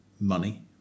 money